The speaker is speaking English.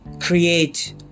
Create